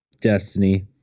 Destiny